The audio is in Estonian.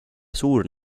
suur